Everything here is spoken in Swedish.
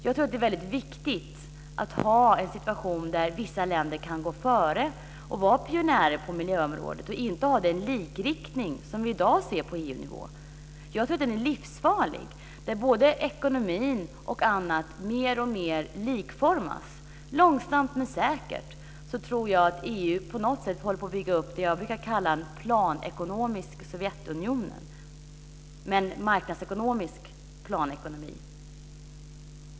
Jag tror att det är väldigt viktigt att ha en situation där vissa länder kan gå före och vara pionjärer på miljöområdet och att inte ha den likriktning som vi i dag ser på EU-nivån. Jag tror att den är livsfarlig. Både ekonomi och andra saker likformas mer och mer. Sakta men säkert tror jag att EU håller på att bygga upp det som jag brukar kalla ett planekonomiskt Sovjetunionen - men med marknadsekonomisk planekonomi.